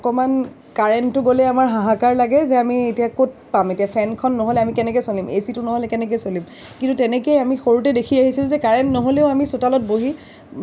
অকণমান কাৰেণ্টটো গ'লেই আমাৰ হাহাকাৰ লাগে যে আমি এতিয়া ক'ত পাম এতিয়া ফেনখন নহ'লে আমি কেনেকৈ চলিম এ চিটো নহ'লে কেনেকৈ চলিম কিন্তু তেনেকৈ আমি সৰুতে দেখি আহিছোঁ যে কাৰেণ্ট নহ'লেও আমি চোতালত বহি